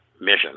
mission